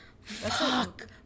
Fuck